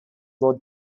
vote